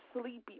sleepy